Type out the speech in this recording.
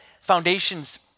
foundations